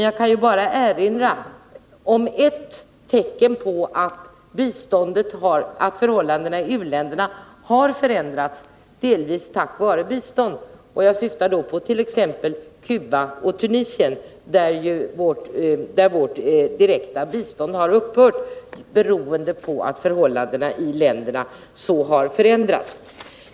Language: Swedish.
Jag kan bara erinra om de tecken som finns på att förhållandena i u-länderna har förändrats, delvis tack vare biståndet. Jag syftar på t.ex. Cuba och Tunisien, där vårt direkta bistånd har upphört, beroende på att förhållandena i länderna har förändrats så kraftigt.